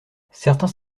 certains